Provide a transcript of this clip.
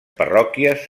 parròquies